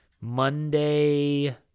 Monday